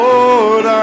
Lord